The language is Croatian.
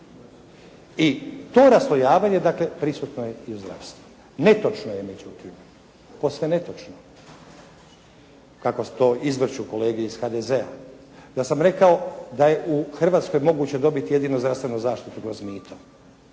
I to raslojavanje dakle prisutno je i u zdravstvu. Netočno je međutim, posve netočno, kako to izvrću kolege iz HDZ-a, da sam rekao da je u Hrvatskoj moguće dobiti jedino zdravstvenu zaštitu kroz mito.